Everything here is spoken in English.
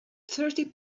thirty